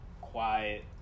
quiet